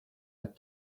had